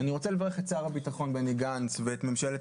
אני רוצה לברך את שר הביטחון בני גנץ ואת ממשלת